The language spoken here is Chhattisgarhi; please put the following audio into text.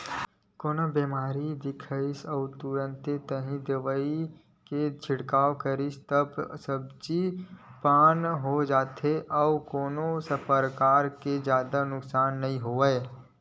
कोनो बेमारी दिखिस अउ तुरते ताही दवई के छिड़काव करेस तब तो सब्जी पान हो जाथे अउ कोनो परकार के जादा नुकसान नइ होवय